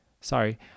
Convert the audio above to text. sorry